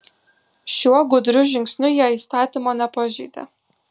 šiuo gudriu žingsniu jie įstatymo nepažeidė